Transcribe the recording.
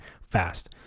fast